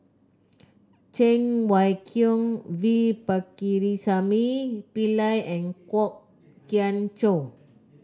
Cheng Wai Keung V Pakirisamy Pillai and Kwok Kian Chow